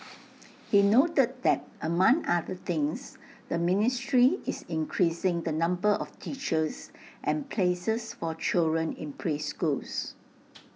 he noted that among other things the ministry is increasing the number of teachers and places for children in preschools